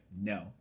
no